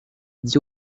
dit